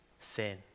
sin